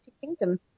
Kingdom